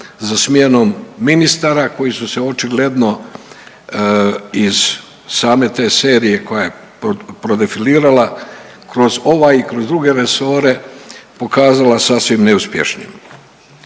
za smjenom ministara koji su se očigledno iz same te serije koja je prodefilirala kroz ovaj i kroz druge resore pokazala sasvim neuspješnim,